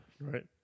Right